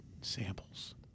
samples